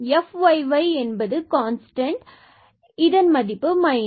fyyconstant மாறிலி எனவே இதன் மதிப்பு 16